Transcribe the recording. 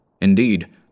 Indeed